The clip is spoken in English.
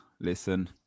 listen